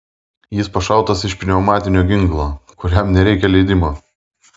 jis pašautas iš pneumatinio ginklo kuriam nereikia leidimo